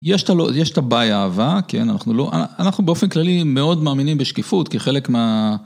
יש את הבעיה ??, כן אנחנו לא, אנחנו באופן כללי מאוד מאמינים בשקיפות כי חלק מה...